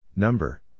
Number